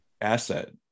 asset